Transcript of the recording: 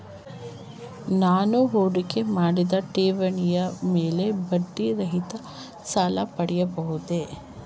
ನಾನು ಹೂಡಿಕೆ ಮಾಡಿದ ಠೇವಣಿಯ ಮೇಲೆ ಬಡ್ಡಿ ರಹಿತ ಸಾಲ ಪಡೆಯಬಹುದೇ?